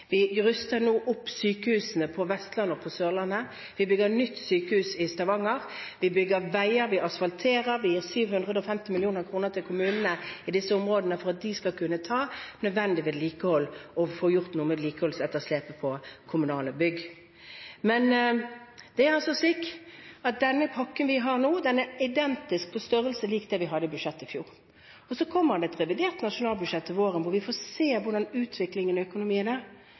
Vi ruster nå opp sykehusene på Vestlandet og på Sørlandet, vi bygger nytt sykehus i Stavanger, vi bygger veier, vi asfalterer, vi gir 750 mill. kr til kommunene i disse områdene for at de skal kunne foreta nødvendig vedlikehold og få gjort noe med vedlikeholdsetterslepet på kommunale bygg. Det er altså slik at den pakken vi har nå, er identisk lik størrelsen på den vi hadde i budsjettet i fjor. Så kommer det et revidert nasjonalbudsjett til våren hvor vi får se hvordan utviklingen i økonomien er.